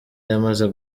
yamaze